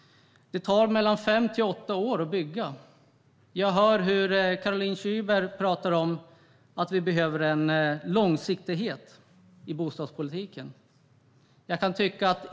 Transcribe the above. Det tar fem till åtta år att bygga. Jag hör hur Caroline Szyber talar om att vi behöver en långsiktighet i bostadspolitiken.